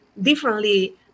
differently